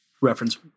reference